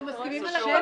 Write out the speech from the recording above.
אנחנו מסכימים על הכול,